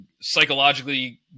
psychologically